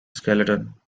skeleton